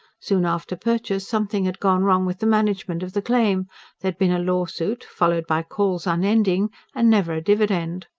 soon after purchase something had gone wrong with the management of the claim there had been a lawsuit, followed by calls unending and never a dividend.